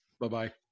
bye-bye